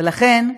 לכן,